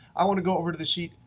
i want to go over to the sheet,